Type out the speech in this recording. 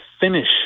finish